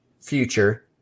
future